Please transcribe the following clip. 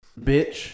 Bitch